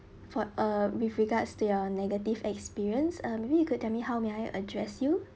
for uh with regards to your negative experience uh maybe you could tell me how may I address you